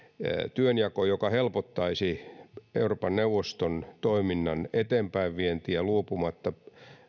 työnjako joka helpottaisi euroopan neuvoston toiminnan eteenpäinvientiä luopumatta